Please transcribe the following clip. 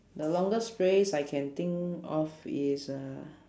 the longest phrase I can think of is uh